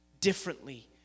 differently